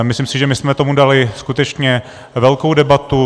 Myslím si, že my jsme tomu dali skutečně velkou debatu.